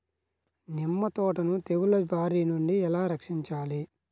నిమ్మ తోటను తెగులు బారి నుండి ఎలా రక్షించాలి?